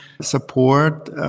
support